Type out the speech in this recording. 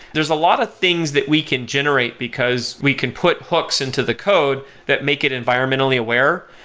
there's a lot of things that we can generate, because we can put hooks into the code that make it environmentally aware.